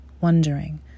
wondering